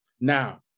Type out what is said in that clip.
Now